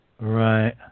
Right